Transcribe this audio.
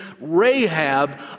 Rahab